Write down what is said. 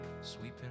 Sweeping